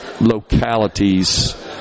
localities